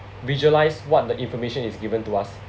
visualize what the information is given to us